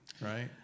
right